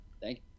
Thank